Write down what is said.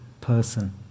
person